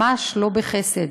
ממש לא בחסד.